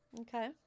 Okay